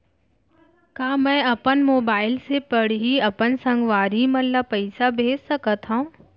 का मैं अपन मोबाइल से पड़ही अपन संगवारी मन ल पइसा भेज सकत हो?